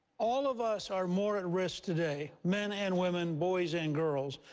all of us are more at risk today, men and women, boys and girls,